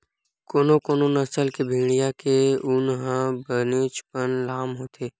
कोनो कोनो नसल के भेड़िया के ऊन ह बनेचपन लाम होथे